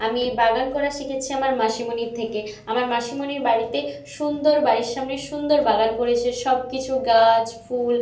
আমি বাগান করা শিখেছি আমার মাসিমণির থেকে আমার মাসিমণির বাড়িতে সুন্দর বাড়ির সামনে সুন্দর বাগান করেছে সব কিছু গাছ ফুল